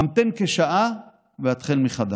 המתן כשעה והתחל מחדש".